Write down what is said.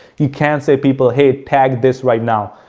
you can say people, hey, tag this right now.